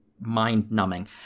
Mind-numbing